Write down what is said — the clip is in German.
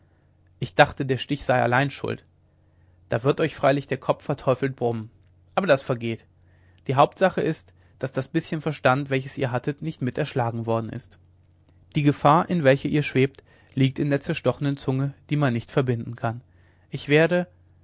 ich dachte der stich sei allein schuld da wird euch freilich der kopf verteufelt brummen aber das vergeht die hauptsache ist daß das bißchen verstand welches ihr hattet nicht mit erschlagen worden ist die gefahr in welcher ihr schwebt liegt in der zerstochenen zunge die man nicht verbinden kann ich werde